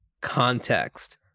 context